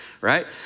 right